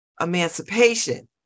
emancipation